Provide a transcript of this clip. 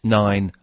nine